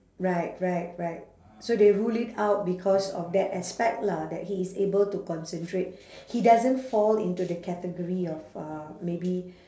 right right right so they rule it out because of that aspect lah that he is able to concentrate he doesn't fall into the category of uh maybe